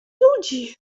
ludzi